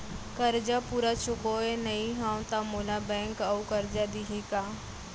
करजा पूरा चुकोय नई हव त मोला बैंक अऊ करजा दिही का?